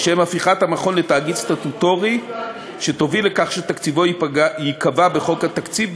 הפיכת המכון לתאגיד סטטוטורי תוביל לכך שתקציבו ייקבע בחוק התקציב,